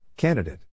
Candidate